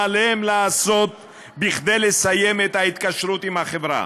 עליהם לעשות כדי לסיים את ההתקשרות עם החברה.